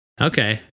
okay